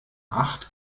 acht